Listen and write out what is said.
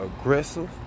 aggressive